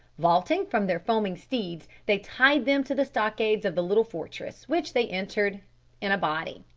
vaulting from their foaming steeds they tied them to the stockades of the little fortress, which they entered in a body.